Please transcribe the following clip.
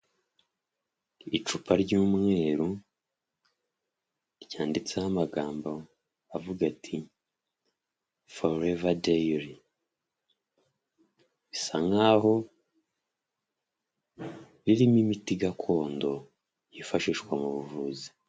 Icupa ry'umweru ryanditseho amagambo avuga ati foreva dayiri bisa nkaho ririmo imiti gakondo yifashishwa mu buvuzi.